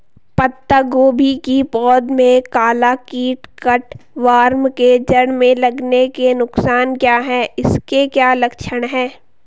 पत्ता गोभी की पौध में काला कीट कट वार्म के जड़ में लगने के नुकसान क्या हैं इसके क्या लक्षण हैं?